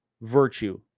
virtue